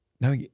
no